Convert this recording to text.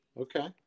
Okay